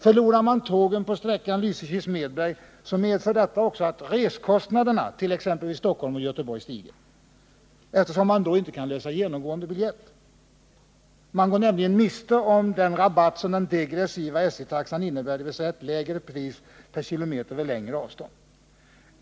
Förlorar man persontrafiken på sträckan Lysekil-Smedberg, så medför detta också att resekostnaderna till exempelvis Stockholm och Göteborg ökas betydligt, eftersom man då inte kan lösa en genomgående biljett. Man går därmed miste om den rabatt som den degressiva SJ-taxan på tågen innebär, dvs. lägre pris per kilometer vid längre avstånd.